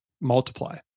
multiply